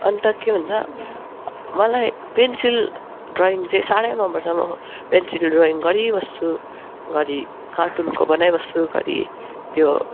अन्त के भन्छ मलाई पेन्सिल ड्रयिङ चाहिँ साह्रै मन पर्छ म म पेन्सिल ड्रयिङ गरिबस्छु घरी कार्टुनको बनाइबस्छु घरी त्यो